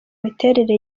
imiterere